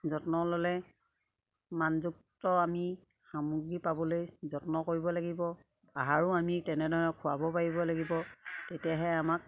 যত্ন ল'লে মানযুক্ত আমি সামগ্ৰী পাবলৈ যত্ন কৰিব লাগিব আহাৰো আমি তেনেধৰণে খুৱাব পাৰিব লাগিব তেতিয়াহে আমাক